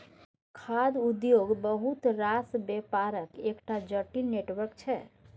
खाद्य उद्योग बहुत रास बेपारक एकटा जटिल नेटवर्क छै